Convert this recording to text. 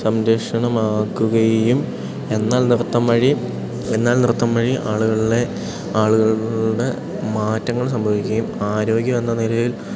സംരക്ഷണമാക്കുകയും എന്നാൽ നൃത്തം വഴി എന്നാൽ നൃത്തം വഴി ആളുകളുടെ ആളുകളുടെ മാറ്റങ്ങൾ സംഭവിക്കുകയും ആരോഗ്യം എന്ന നിലയിൽ